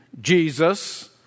Jesus